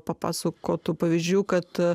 papasakotų pavyzdžių kad a